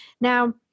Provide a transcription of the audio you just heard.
now